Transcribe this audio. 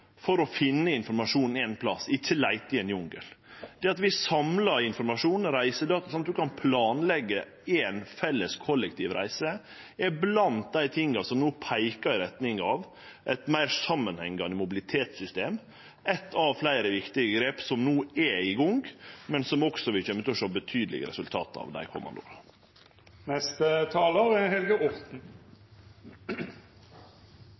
for å finne informasjon ein plass, ikkje å leite i ein jungel. Det at vi samla informasjon og reisedata, slik at ein kan planleggje ei felles kollektiv reise, er blant dei tinga som no peikar i retning av eit meir samanhengande mobilitetssystem – eitt av fleire viktige grep som no er i gang, og som vi også vil sjå betydelege resultat av dei komande åra.